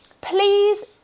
Please